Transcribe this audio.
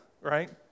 right